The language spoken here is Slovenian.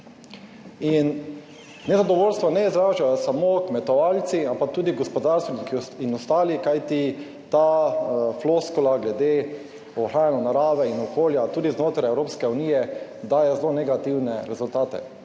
In nezadovoljstvo ne izražajo samo kmetovalci, ampak tudi gospodarstveniki in ostali, kajti ta floskula glede ohranjanja narave in okolja tudi znotraj Evropske unije daje zelo negativne rezultate.